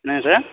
என்னங்க சார்